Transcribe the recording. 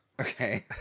Okay